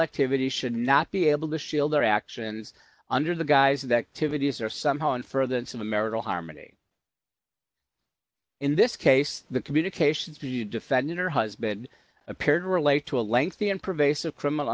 activity should not be able to shield their actions under the guise of activities or somehow and further than some of marital harmony in this case the communications to you defending her husband appeared to relate to a lengthy and pervasive criminal